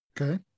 Okay